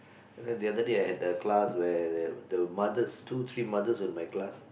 and then the other day I had the class where the the mothers two three mothers were in my class